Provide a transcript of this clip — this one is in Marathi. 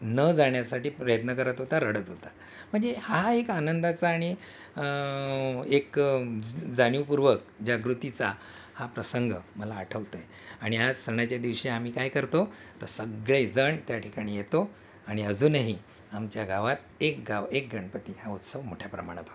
न जाण्यासाठी प्रयत्न करत होता रडत होता म्हणजे हा एक आनंदाचा आणि एक जाणीवपूर्वक जागृतीचा हा प्रसंग मला आठवतो आहे आणि आज सणाच्या दिवशी आम्ही काय करतो तर सगळेजण त्या ठिकाणी येतो आणि अजूनही आमच्या गावात एक गाव एक गणपती हा उत्सव मोठ्या प्रमाणात होतो